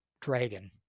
dragon